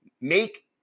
make